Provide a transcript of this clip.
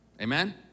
amen